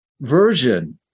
version